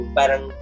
parang